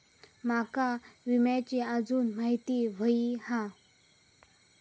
माका विम्याची आजून माहिती व्हयी हा?